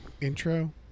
intro